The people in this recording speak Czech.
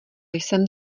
jsem